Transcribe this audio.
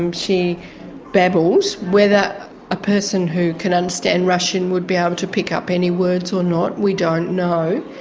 um she babbles, whether a person who can understand russian would be able ah um to pick up any words or not, we don't know.